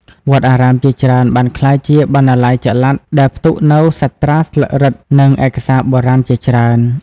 វត្តអារាមជាច្រើនបានក្លាយជាបណ្ណាល័យចល័ត ដែលផ្ទុកនូវសាត្រាស្លឹករឹត និងឯកសារបុរាណជាច្រើន។